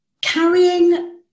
carrying